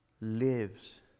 lives